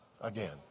again